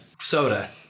soda